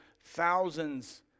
thousands